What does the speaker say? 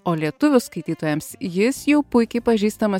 o lietuvių skaitytojams jis jau puikiai pažįstamas